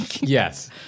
yes